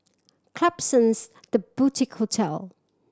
Klapsons The Boutique Hotel